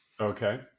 Okay